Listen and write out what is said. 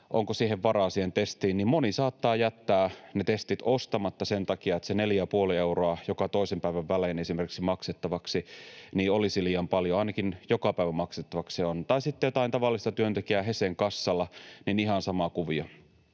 onko varaa siihen testiin, niin moni saattaa jättää ne testit ostamatta sen takia, että se neljä ja puoli euroa esimerkiksi joka toinen päivä maksettavaksi olisi liian paljon — ainakin joka päivä maksettavaksi on. Tai sitten jollain tavallisella työntekijällä, esimerkiksi Hesen kassalla, ihan sama kuvio.